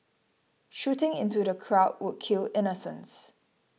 shooting into the crowd would kill innocents